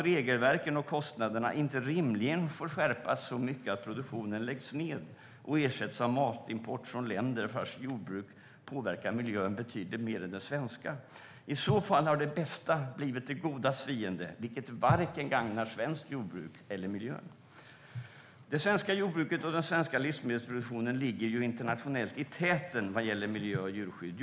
Regelverken och kostnaderna får inte skärpas så mycket att produktionen läggs ned och ersätts av matimport från länder vars jordbruk påverkar miljön betydligt mer än det svenska gör. I så fall har det bästa blivit det godas fiende, vilket varken gagnar svenskt jordbruk eller miljön. Det svenska jordbruket och den svenska livsmedelsproduktionen ligger internationellt sett i täten vad gäller miljö och djurskydd.